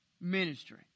ministry